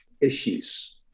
issues